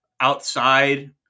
outside